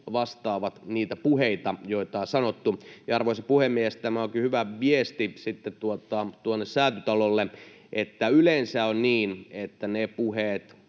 vastaavat niitä puheita, joita on sanottu. Ja, arvoisa puhemies, tämä onkin hyvä viesti sitten tuonne Säätytalolle: se, että yleensä on niin, että ne puheet,